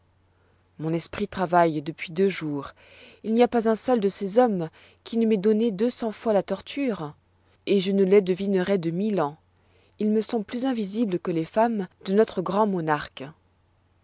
mon esprit travaille depuis deux jours il n'y a pas un seul de ces hommes qui ne m'ait donné la torture plus de deux cents fois et cependant je ne les devinerois de mille ans ils me sont plus invisibles que les femmes de notre grand monarque